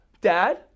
dad